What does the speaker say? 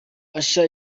usher